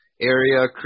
area